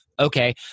Okay